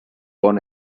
bon